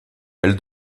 elle